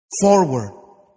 forward